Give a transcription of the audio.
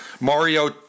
Mario